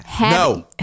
no